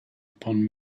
upon